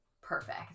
perfect